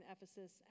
Ephesus